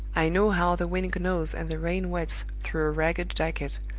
i know how the wind gnaws and the rain wets through a ragged jacket,